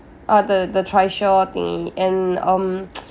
uh the the trishaw thingy and um